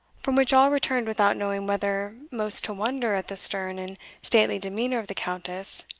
from which all returned without knowing whether most to wonder at the stern and stately demeanour of the countess,